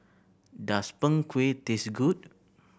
does Png Kueh taste good